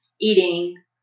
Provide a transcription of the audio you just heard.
eating